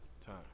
Time